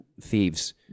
thieves